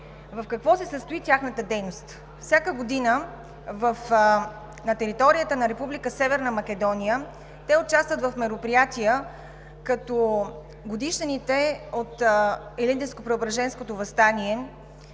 В какво се състои тяхната дейност? Всяка година на територията на Република Северна Македония те участват в мероприятия, като: годишнините от Илинденско-Преображенското въстание